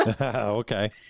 Okay